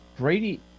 Brady